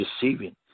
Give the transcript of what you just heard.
deceiving